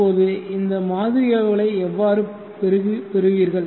இப்போது இந்த மாதிரி அளவுகளை எவ்வாறு பெறுவீர்கள்